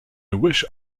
wish